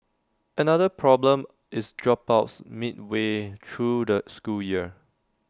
another problem is dropouts midway through the school year